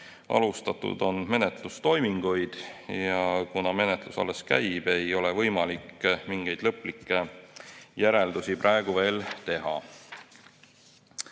Alustatud on menetlustoiminguid ja kuna menetlus alles käib, ei ole võimalik mingeid lõplikke järeldusi praegu veel teha.